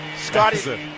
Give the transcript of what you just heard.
Scotty